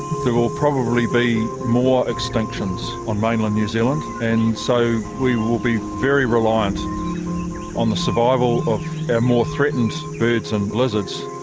will probably be more extinctions on mainland new zealand, and so we will be very reliant on the survival of our more threatened birds and lizards,